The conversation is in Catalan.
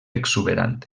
exuberant